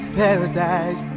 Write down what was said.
paradise